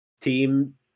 team